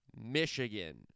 Michigan